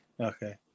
Okay